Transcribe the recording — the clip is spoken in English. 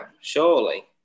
Surely